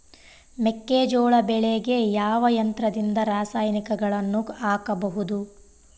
ಮೆಕ್ಕೆಜೋಳ ಬೆಳೆಗೆ ಯಾವ ಯಂತ್ರದಿಂದ ರಾಸಾಯನಿಕಗಳನ್ನು ಹಾಕಬಹುದು?